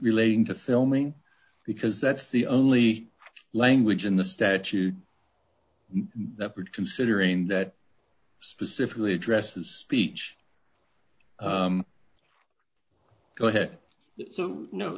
relating to filming because that's the only language in the statute that would considering that specifically addresses speech go ahead so